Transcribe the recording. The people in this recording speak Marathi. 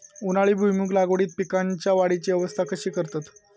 उन्हाळी भुईमूग लागवडीत पीकांच्या वाढीची अवस्था कशी करतत?